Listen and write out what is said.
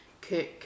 cook